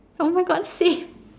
!oh-my-God! same